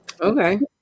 Okay